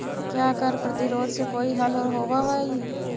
क्या कर प्रतिरोध से कोई हल होवअ हाई